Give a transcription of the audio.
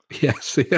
Yes